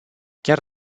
chiar